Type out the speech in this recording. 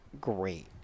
great